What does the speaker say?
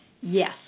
yes